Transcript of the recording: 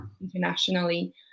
internationally